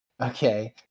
okay